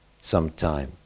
sometime